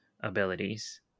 abilities